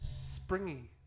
springy